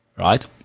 Right